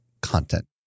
content